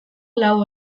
lau